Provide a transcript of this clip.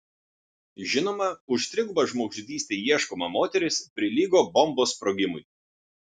žinoma už trigubą žmogžudystę ieškoma moteris prilygo bombos sprogimui